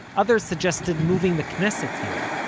others suggested moving the knesset here,